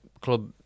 club